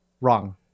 wrong